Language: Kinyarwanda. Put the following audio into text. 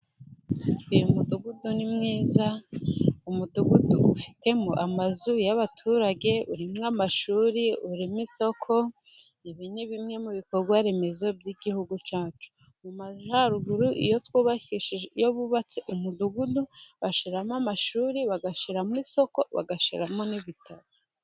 Uyu mudugudu ni mwiza, umudugudu ufitemo amazu y'abaturage urimo amashuri, urimo isoko, ibi ni bimwe mu bikorwa remezo by'igihugu cyacu . Mu majyaruguru iyo bubatse umudugudu bashyiramo amashuri, bagashyiramo isoko, bagashyiramo n'ibitaro.